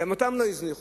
גם אותם לא הזניחו.